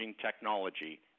technology